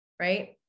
right